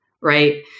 right